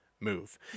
move